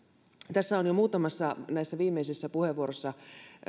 tässä on jo muutamassa viimeisessä puheenvuorossa